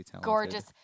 gorgeous